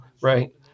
right